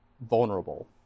vulnerable